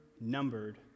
numbered